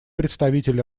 представитель